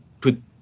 put